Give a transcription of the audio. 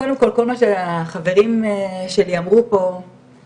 קודם כל כל מה שהחברים שלי אמרו פה נכון.